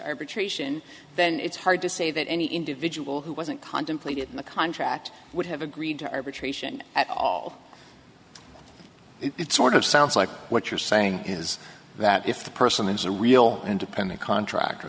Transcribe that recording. arbitration then it's hard to say that any individual who wasn't contemplated in the contract would have agreed to arbitration at all it's sort of sounds like what you're saying is that if the person is a real independent contractor